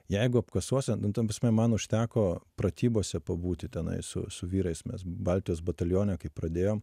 jeigu apkasuose nu ta prasme man užteko pratybose pabūti tenai su su vyrais mes baltijos batalione kai pradėjom